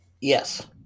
Yes